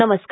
नमस्कार